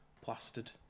plastered